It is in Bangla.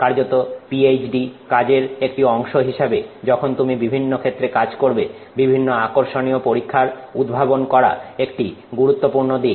কার্যত পিএইচডি কাজের একটি অংশ হিসাবে যখন তুমি বিভিন্ন ক্ষেত্রে কাজ করবে বিভিন্ন আকর্ষণীয় পরীক্ষার উদ্ভাবন করা একটি গুরুত্বপূর্ণ দিক